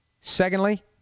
Secondly